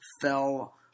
fell